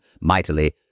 mightily